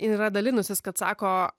yra dalinusis kad sako